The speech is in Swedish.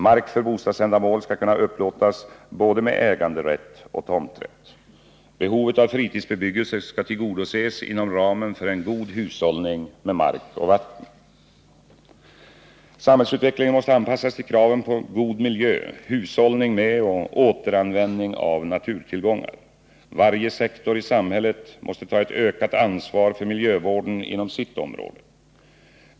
Mark för bostadsändamål skall kunna upplåtas både med äganderätt och med tomträtt. Behovet av fritidsbebyggelse skall tillgodoses inom ramen för en god hushållning med mark och vatten. Samhällsutvecklingen måste anpassas till kraven på god miljö, hushållning med och återanvändning av naturtillgångar. Varje sektor i samhället måste ta ett ökat ansvar för miljövården inom sitt område.